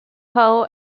how